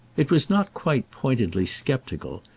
it was not quite pointedly sceptical,